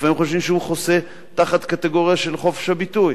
לפעמים חושבים שהוא חוסה תחת קטגוריה של חופש הביטוי.